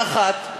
באחת,